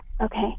Okay